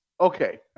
Okay